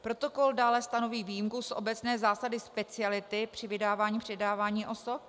Protokol dále stanoví výjimku z obecné zásady speciality při vydávání, předávání osob.